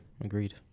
agreed